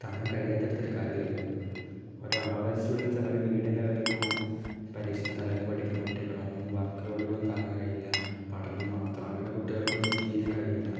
താങ്ങാൻ കഴിയാത്തെടുത്തിട്ട് കാര്യം ഇല്ലല്ലൊ ഒരാവറേജ് സ്റ്റുഡൻസാണ് ഒരു മീഡിയം ലെവലിലിപ്പം പരീക്ഷേന്ന് തലേന്ന് പഠിക്കുന്ന കുട്ടിയെകാണൊ ഒന്നു വർക്ക് ലോഡുകളൊന്നും താങ്ങാൻ കഴിയില്ല പഠനം മാത്രം അങ്ങനെ കുട്ടികൾക്കൊന്നും തീരേം കഴിയില്ല